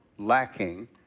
lacking